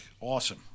Awesome